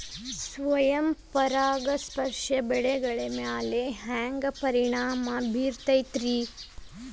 ಸ್ವಯಂ ಪರಾಗಸ್ಪರ್ಶ ಬೆಳೆಗಳ ಮ್ಯಾಲ ಹ್ಯಾಂಗ ಪರಿಣಾಮ ಬಿರ್ತೈತ್ರಿ?